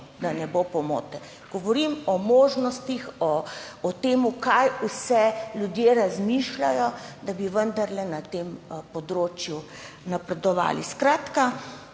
da ne bo pomote, govorim o možnostih, o tem, kaj vse ljudje razmišljajo, da bi vendarle napredovali na tem področju. Skratka,